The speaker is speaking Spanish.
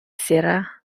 sierra